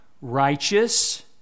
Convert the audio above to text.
righteous